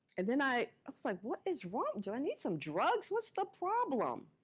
and then i was like, what is wrong? do i need some drugs? what's the problem?